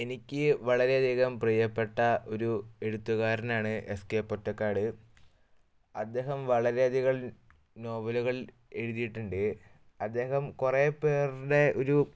എനിക്ക് വളരെയധികം പ്രിയപ്പെട്ട ഒരു എഴുത്തുകാരനാണ് എസ് കെ പൊറ്റക്കാട് അദ്ദേഹം വളരെധികം നോവലുകൾ എഴുതിയിട്ടുണ്ട് അദ്ദേഹം കുറെ പേരുടെ ഒരു